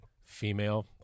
female